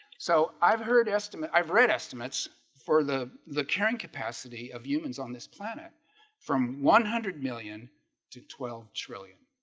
so i've heard estimate i've read estimates for the the carrying capacity of humans on this planet from one hundred million to twelve trillion